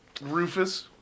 Rufus